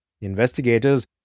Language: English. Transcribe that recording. Investigators